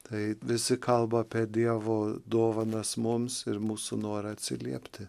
tai visi kalba apie dievo dovanas mums ir mūsų norą atsiliepti